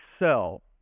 excel